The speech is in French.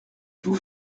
vous